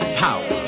power